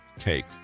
cake